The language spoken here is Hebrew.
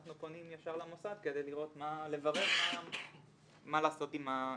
אנחנו פונים ישר למוסד כדי לברר מה לעשות עם התלונה.